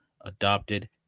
adopted